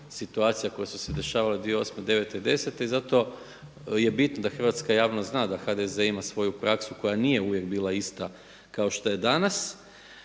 situacija koje su se dešavale 2008., 9. i 10. i zato je bit da hrvatska javnost zna da HDZ-e ima svoju praksu koja nije uvijek bila ista kao što jedanas.